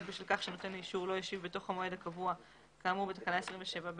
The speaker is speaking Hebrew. בשל כך שנותן האישור לא השיב בתוך המועד הקבוע כאמור בתקנה 27(ב),